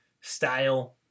style